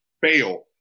fail